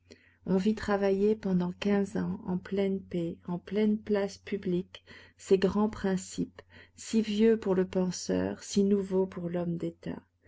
on vit travailler pendant quinze ans en pleine paix en pleine place publique ces grands principes si vieux pour le penseur si nouveaux pour l'homme d'état